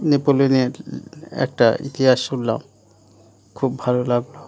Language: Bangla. নেপোলিয়নের একটা ইতিহাস শুনলাম খুব ভালো লাগলো